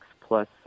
plus